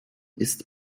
ist